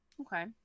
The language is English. Okay